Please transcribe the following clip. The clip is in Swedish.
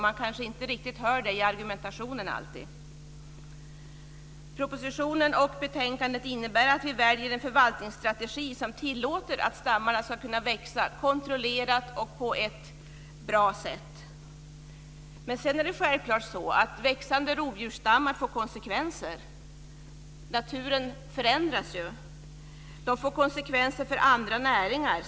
Man kanske inte alltid hör det i argumentationen. Propositionen och betänkandet innebär att vi väljer en förvaltningsstrategi som tillåter att stammarna ska kunna växa, kontrollerat och på ett bra sätt. Men det är självklart att växande rovdjursstammar får konsekvenser, naturen förändras ju. De får konsekvenser för andra näringar.